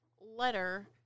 letter